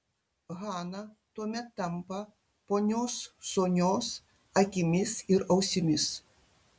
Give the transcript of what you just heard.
hana tuomet tampa ponios sonios akimis ir ausimis